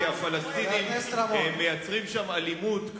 כי הפלסטינים מייצרים שם אלימות,